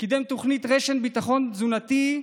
קידם תוכנית רשת ביטחון תזונתית,